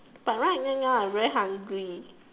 but right right now I very hungry